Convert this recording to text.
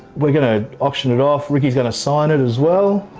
we're going to auction it off, ricky's going to sign it as well.